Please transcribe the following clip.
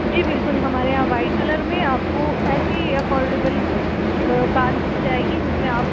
جی بالکل ہمارے یہاں وائٹ کلر میں آپ کو ایسی افورڈیبل کار مل جائے گی جس میں آپ